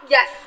Yes